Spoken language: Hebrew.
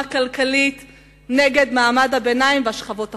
כלכלית נגד מעמד הביניים והשכבות החלשות.